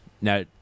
Now